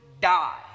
die